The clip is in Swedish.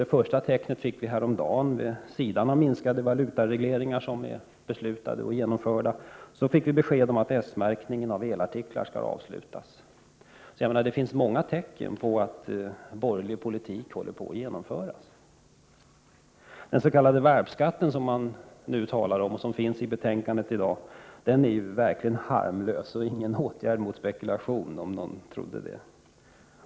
Det första tecknet vid sidan av minskade valutaregleringar kom häromdagen när vi fick besked om att S-märkningen av elartiklar skall slopas. Det finns alltså många tecken på att en borgerlig politik håller på att genomföras. — Dens.k. valpskatten, som ju behandlas i detta betänkande, är verkligen harmlös och är ingen åtgärd mot spekulationen, om någon nu trodde det.